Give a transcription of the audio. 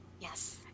yes